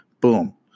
Boom